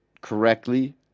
correctly